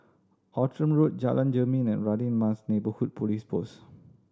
Outram Road Jalan Jermin and Radin Mas Neighbourhood Police Post